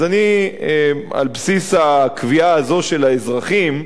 אז אני, על בסיס הקביעה הזו של האזרחים,